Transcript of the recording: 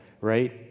right